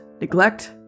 neglect